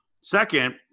Second